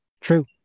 True